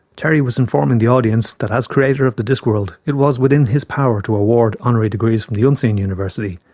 terry was informing the audience that as creator of the discworld, it was within his power to award honorary degrees from the unseen university,